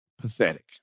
pathetic